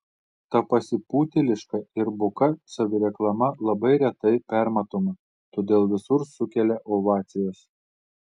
ta pasipūtėliška ir buka savireklama labai retai permatoma todėl visur sukelia ovacijas